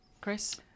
Chris